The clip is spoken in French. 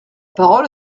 parole